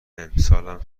امسالم